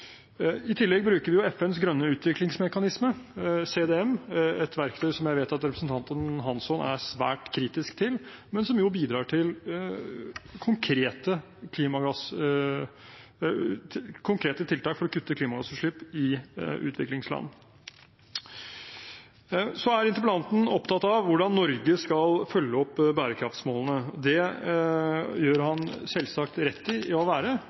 I tillegg bruker vi FNs grønne utviklingsmekanisme, CDM, et verktøy som jeg vet at representanten Hansson er svært kritisk til, men som bidrar til konkrete tiltak for å kutte klimagassutslipp i utviklingsland. Interpellanten er opptatt av hvordan Norge skal følge opp bærekraftmålene. Det gjør han selvsagt rett i å være,